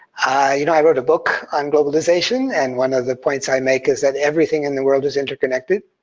i you know i wrote a book on globalization, and one of the points i make is that everything in the world is interconnected